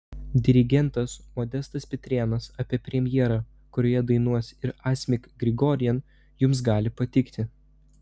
dirigentas modestas pitrėnas apie premjerą kurioje dainuos ir asmik grigorian jums gali patikti